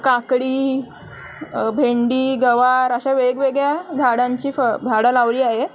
काकडी भेंडी गवार अशा वेगवेगळ्या झाडांची फ झाडं लावली आहे